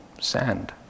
sand